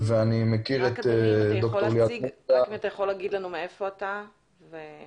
המצב ולעזור לנו ולבעלי החיים לגדול בצורה יותר נוחה ופחות פוגענית.